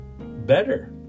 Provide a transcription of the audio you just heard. better